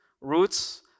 roots